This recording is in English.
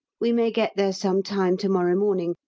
we may get there some time to-morrow morning,